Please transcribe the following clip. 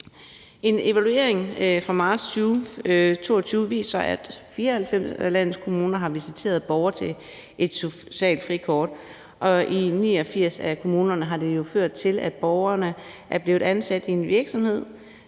En evaluering fra marts 2022 viser, at 94 af landets kommuner har visiteret borgere til et socialt frikort, og i 89 af kommunerne har det jo ført til, at borgerne er blevet ansat i en virksomhed.